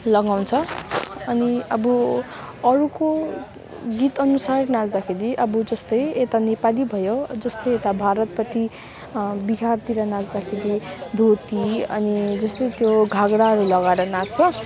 लगाउँछ अनि अब अरूको गीतअनुसार नाच्दाखेरि अब जस्तै यता नेपाली भयो जस्तै यता भारतपट्टि बिहारतिर नाच्दाखेरि धोती अनि जस्तै त्यो घाग्राहरू लगाएर नाच्छ